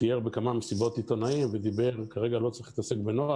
תיאר בכמה מסיבות עיתונאים שכרגע לא צריך להתעסק בנוהל